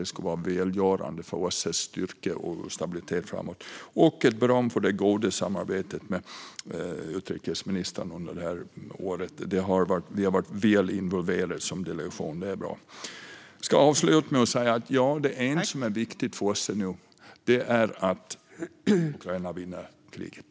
Det skulle vara välgörande för OSSE:s styrka och stabilitet framåt. Jag vill också ge ett beröm för det goda samarbetet med utrikesministern under det här året. Vi har varit väl involverade som delegation, och det är bra. Jag ska avsluta med att säga att det enda som är viktigt för OSSE nu är att Ukraina vinner kriget.